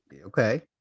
Okay